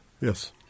Yes